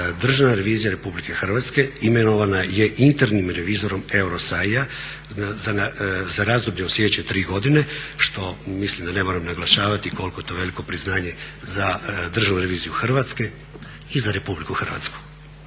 Državna revizija RH imenovana je internim revizorom EUROSAI-a za razdoblje od slijedeće 3 godine što mislim da ne moram naglašavati koliko je to veliko priznanje za Državnu reviziju Hrvatske i za RH. Osim toga